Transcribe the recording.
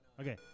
Okay